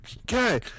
Okay